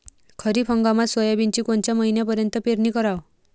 खरीप हंगामात सोयाबीनची कोनच्या महिन्यापर्यंत पेरनी कराव?